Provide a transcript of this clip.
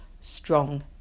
strong